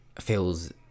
feels